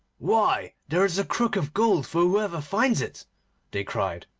why! there is a crook of gold for whoever finds it they cried,